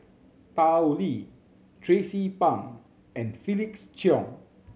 Tao Li Tracie Pang and Felix Cheong